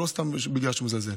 זה לא סתם בגלל שהוא מזלזל.